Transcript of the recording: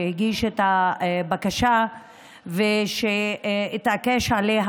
שהגיש את הבקשה ושהתעקש עליה,